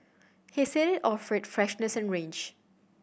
he said it offered freshness and range